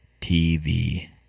tv